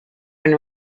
been